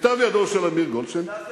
בכתב ידו של אמיר גולדשטיין,